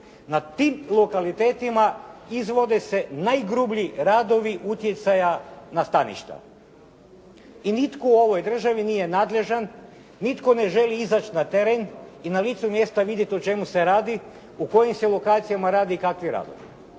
Na tim lokalitetima izvode se najgrublji radovi utjecaja na staništa i nitko u ovoj državi nije nadležan, nitko ne želi izaći na teren i na licu mjesta vidjeti o čemu se radi, o kojim se lokacijama radi i kakvi radovi?